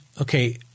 okay